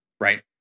Right